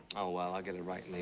oh well, i'll get it right in the